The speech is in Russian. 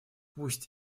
пусть